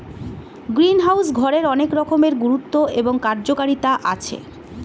greenhouse ঘরের অনেক রকমের গুরুত্ব এবং কার্যকারিতা আছে